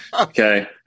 okay